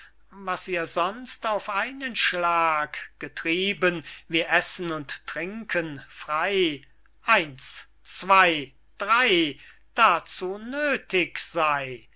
was ihr sonst auf einen schlag getrieben wie essen und trinken frey eins zwey drey dazu nöthig sey